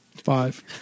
Five